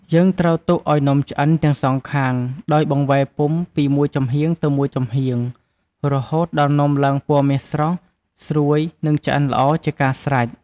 យើងត្រូវទុកឱ្យនំឆ្អិនទាំងសងខាង ដោយបង្វែរពុម្ពពីមួយចំហៀងទៅមួយចំហៀងរហូតដល់នំឡើងពណ៌មាសស្រស់ ស្រួយ និងឆ្អិនល្អ ជាការស្រេច។